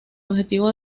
objetivo